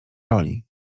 roli